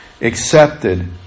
accepted